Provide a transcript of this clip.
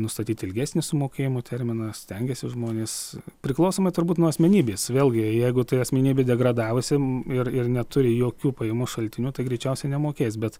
nustatyti ilgesnį sumokėjimo terminą stengiasi žmonės priklausoma turbūt nuo asmenybės vėlgi jeigu tai asmenybė degradavusiam ir ir neturi jokių pajamų šaltiniu tai greičiausiai nemokės bet